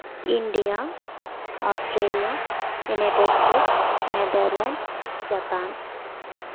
India Australia United States Netherlands Japan